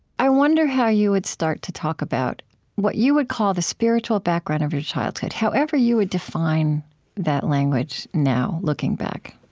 i wonder how you would start to talk about what you would call the spiritual background of your childhood, however you would define that language now, looking back